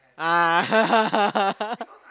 ah